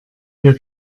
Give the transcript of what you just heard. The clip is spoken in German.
wir